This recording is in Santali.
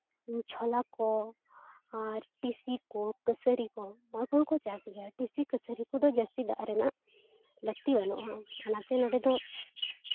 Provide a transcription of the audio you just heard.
ᱪᱷᱳᱞᱟ ᱠᱚ ᱟᱨ ᱴᱤᱥᱤ ᱠᱚ ᱠᱟᱹᱥᱟᱹᱨᱤ ᱠᱚ ᱚᱱᱟ ᱠᱚᱦᱚᱸ ᱠᱚ ᱪᱟᱥ ᱜᱮᱭᱟ ᱴᱤᱥᱤ ᱠᱟᱹᱥᱟᱹᱨᱤ ᱠᱚᱫᱚ ᱡᱟᱹᱥᱛᱤ ᱫᱟᱜ ᱨᱮᱱᱟᱜ ᱞᱟᱹᱠᱛᱤ ᱵᱟᱹᱱᱩᱜᱼᱟ ᱚᱱᱟᱛᱮ ᱱᱚᱰᱮ ᱫᱚ